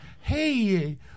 hey